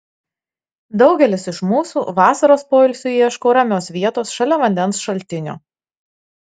daugelis iš mūsų vasaros poilsiui ieško ramios vietos šalia vandens šaltinio